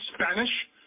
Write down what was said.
Spanish